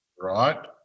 Right